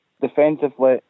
defensively